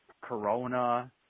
Corona